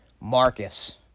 Marcus